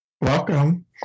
Welcome